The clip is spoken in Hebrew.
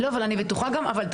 לא, אבל אני בטוחה גם.